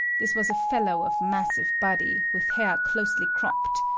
this was a fellow of massive body, with hair closely cropped.